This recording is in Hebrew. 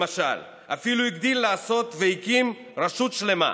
למשל, אפילו הגדיל לעשות והקים רשות שלמה,